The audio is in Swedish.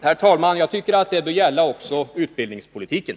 Jag tycker, herr talman, att det bör gälla också i frågor som rör utbildningspolitiken.